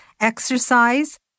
exercise